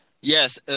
yes